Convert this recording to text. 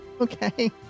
Okay